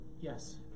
Yes